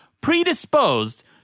predisposed